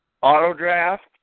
Auto-draft